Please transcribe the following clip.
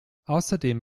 außerdem